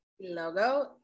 Logo